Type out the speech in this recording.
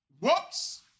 Whoops